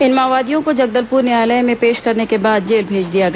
इन माओवादियों को जगदलपुर न्यायालय में पेश करने के बाद जेल भेज दिया गया